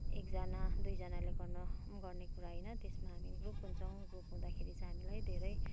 एकजना दुईजनाले गर्नु गर्ने कुरा होइन त्यसमा हामी ग्रुप हुन्छौँ ग्रुप हुँदाखेरि चाहिँ हामीलाई धेरै